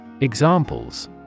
Examples